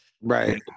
right